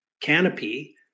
Canopy